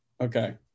okay